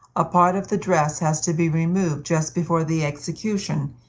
a part of the dress has to be removed just before the execution,